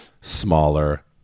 smaller